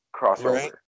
crossover